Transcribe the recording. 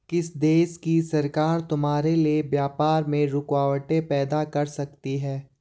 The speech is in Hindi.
किसी देश की सरकार तुम्हारे लिए व्यापार में रुकावटें पैदा कर सकती हैं